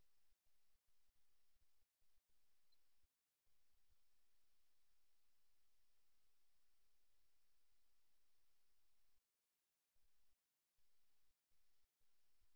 இதற்கு ஒரு குறிப்பிட்ட விறைப்பு இருக்கிறது இருப்பினும் கைகளின் விறைப்பு மற்றும் முகபாவனைகளின் அடிப்படையில் விறைப்பின் அளவு காட்டப்படுகிறது அவை மூடப்பட்டு இறுக்கமாக இருந்தால் கடினத்தன்மையின் அளவு மிகச் சிறந்தது